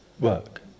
work